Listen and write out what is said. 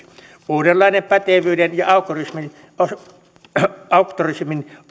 uudenlaisen pätevyyden ja auktorisoinnin